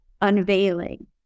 unveiling